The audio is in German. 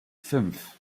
fünf